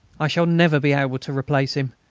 i shall never be able to replace him.